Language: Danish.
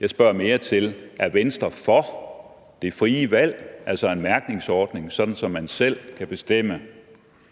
Jeg spørger mere til: Er Venstre for det frie valg, altså en mærkningsordning, sådan at man selv kan bestemme,